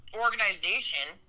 organization